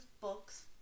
books